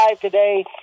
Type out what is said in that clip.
today